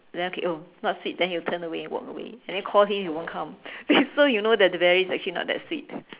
then okay oh not sweet then he'll turn away and walk away and then call him he won't come so you know that the berry is actually not that sweet